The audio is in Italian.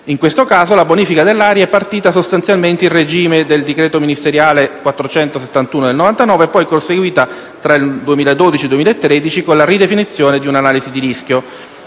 In questo caso, la bonifica dell'area è partita sostanzialmente in regime di decreto ministeriale 25 ottobre 1999, n. 471, e poi proseguita tra il 2012 e il 2013 con la ridefinizione di un'analisi di rischio.